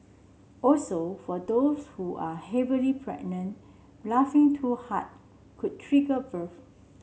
also for those who are heavily pregnant laughing too hard could trigger birth